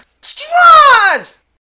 Straws